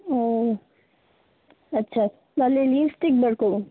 ও আচ্ছা তাহলে লিপস্টিক বের করুন